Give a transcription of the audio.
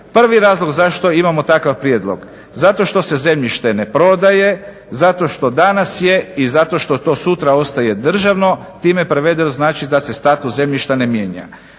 Prvi razlog zašto imamo takav prijedlog, zato što se zemljište ne prodaje, zato što danas je i zato što to sutra ostaje državno, time prevedeno znači da se status zemljišta ne mijenja.